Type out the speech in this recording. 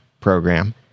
program